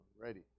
Ready